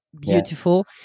beautiful